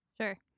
Sure